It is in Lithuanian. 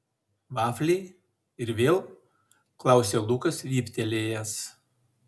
vafliai ir vėl klausia lukas vyptelėjęs